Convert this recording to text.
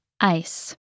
ice